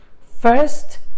first